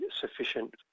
sufficient